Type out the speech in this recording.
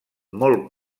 molt